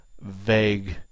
vague